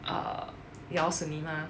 uh 咬死你吗